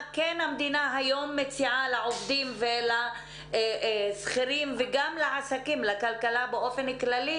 המדינה מציעה היום לעובדים ולשכירים וגם לעסקים ולכלכלה באופן כללי,